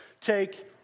take